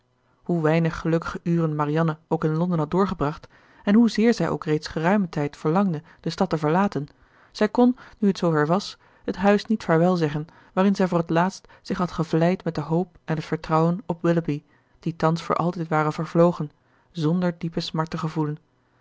hoe weinig gelukkige uren marianne ook in londen had doorgebracht en hoezeer zij ook reeds geruimen tijd verlangde de stad te verlaten zij kon nu het zoover was het huis niet vaarwelzeggen waarin zij voor het laatst zich had gevleid met de hoop en het vertrouwen op willoughby die thans voor altijd waren vervlogen zonder diepe smart